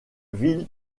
ville